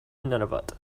nunavut